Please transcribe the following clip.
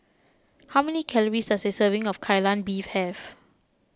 how many calories does a serving of Kai Lan Beef have